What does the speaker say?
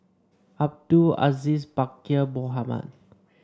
Abdul Aziz Pakkeer Mohamed